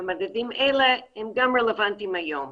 המדדים האלה הם גם רלוונטיים היום.